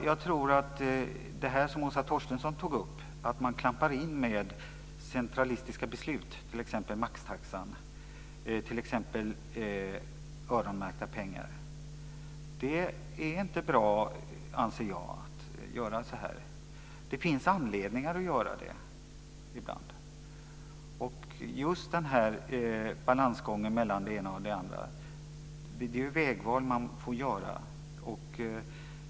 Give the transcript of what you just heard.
Jag tror att det som Åsa Torstensson tog upp, att man klampar in med centralistiska beslut, t.ex. maxtaxan och öronmärkta pengar, inte är bra. Det är inte bra, anser jag, att göra så. Det finns ibland anledning att göra det. Just den här balansgången mellan det ena och det andra är vägval man får göra.